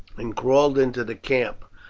and crawled into the camp.